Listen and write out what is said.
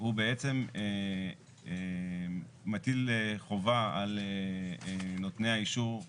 הוא בעצם מטיל חובה על נותני האישור,